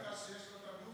אני אומר לך שיש לו תרבות,